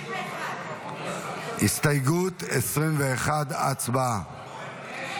22. נעבור להצבעה על